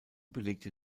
belegte